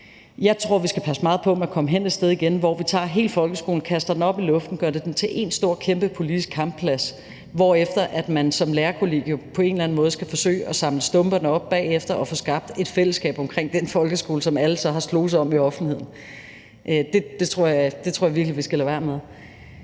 Jeg tror, vi skal passe meget på med at komme et sted hen igen, hvor vi tager hele folkeskolen, kaster den op i luften og gør det til en stor kæmpe politisk kampplads, hvorefter man som lærerkollegium på en eller anden måde skal forsøge at samle stumperne op bagefter og få skabt et fællesskab omkring den folkeskole, som alle så har sloges om i offentligheden. Det tror jeg virkelig vi skal lade være med.